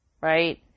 right